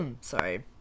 Sorry